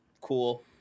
cool